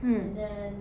mm